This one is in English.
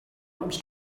arms